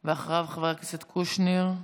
אחריו, חבר הכנסת קושניר,